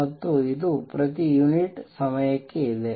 ಮತ್ತು ಇದು ಪ್ರತಿ ಯುನಿಟ್ ಸಮಯಕ್ಕೂ ಇದೆ